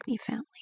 family